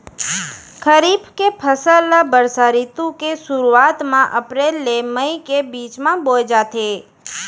खरीफ के फसल ला बरसा रितु के सुरुवात मा अप्रेल ले मई के बीच मा बोए जाथे